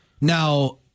Now